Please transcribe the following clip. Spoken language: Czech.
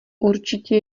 určitě